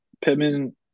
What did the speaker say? Pittman –